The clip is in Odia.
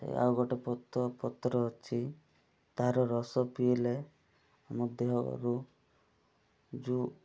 ଆଉ ଗୋଟେ ପତ୍ର ଅଛି ତାର ରସ ପିଇଲେ ଆମ ଦେହରୁ ଯେଉଁ